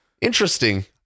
Interesting